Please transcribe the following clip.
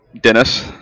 Dennis